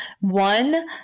One